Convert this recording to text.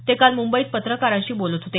ते काल मुंबईत पत्रकारांशी बोलत होते